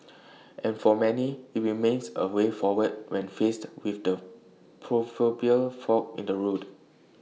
and for many IT remains A way forward when faced with the proverbial fork in the road